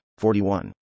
41